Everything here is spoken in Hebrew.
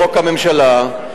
לחוק הממשלה.